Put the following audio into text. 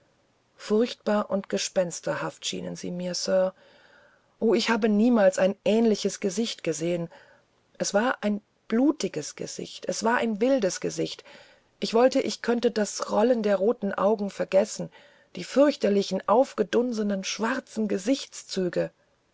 furchtbar und gespensterhaft schienen sie mir sir o ich habe niemals ein ähnliches gesicht gesehen es war ein blutiges gesicht es war ein wildes gesicht ich wollte ich könnte das rollen der roten augen vergessen die fürchterlichen aufgedunsenen schwarzen gesichtszüge